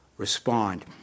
respond